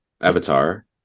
avatar